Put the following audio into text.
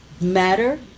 matter